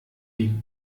die